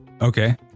Okay